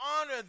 honor